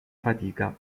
fatica